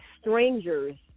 strangers